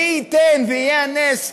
מי ייתן ויהיה הנס,